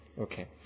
Okay